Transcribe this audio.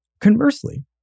conversely